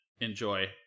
enjoy